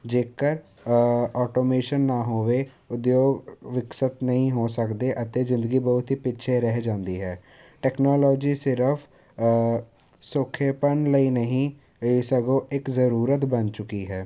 ਜੇਕਰ ਆਟੋਮੇਸ਼ਨ ਨਾ ਹੋਵੇ ਉਦਯੋਗ ਵਿਕਸਿਤ ਨਹੀਂ ਹੋ ਸਕਦੇ ਅਤੇ ਜ਼ਿੰਦਗੀ ਬਹੁਤ ਹੀ ਪਿੱਛੇ ਰਹਿ ਜਾਂਦੀ ਹੈ ਟੈਕਨੋਲੋਜੀ ਸਿਰਫ ਸੌਖੇਪਣ ਲਈ ਨਹੀਂ ਇਹ ਸਭ ਇੱਕ ਜ਼ਰੂਰਤ ਬਣ ਚੁੱਕੀ ਹੈ